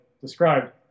described